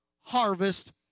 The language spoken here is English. harvest